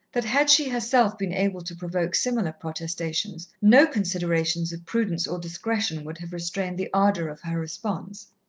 that had she herself been able to provoke similar protestations, no considerations of prudence or discretion would have restrained the ardour of her response.